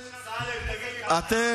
אמסלם, תגיד לי, מה קרה לך?